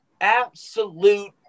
absolute